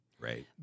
Right